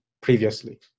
previously